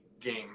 game